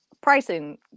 pricing